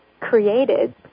created